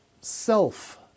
self